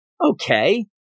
Okay